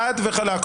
חד וחלק,